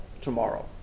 tomorrow